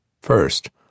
First